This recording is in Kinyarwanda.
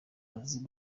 aziye